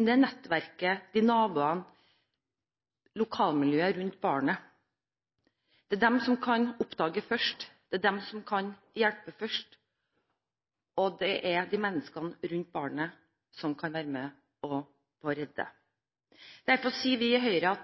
nettverket, naboene og lokalmiljøet rundt barnet. Det er de som kan oppdage først, de som kan hjelpe først; det er menneskene rundt barnet som kan være med og redde det. Derfor sier vi i Høyre: